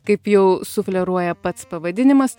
kaip jau sufleruoja pats pavadinimas